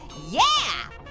yeah.